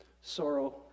sorrow